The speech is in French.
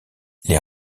les